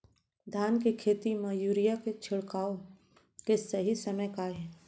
धान के खेती मा यूरिया के छिड़काओ के सही समय का हे?